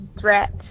threat